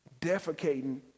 Defecating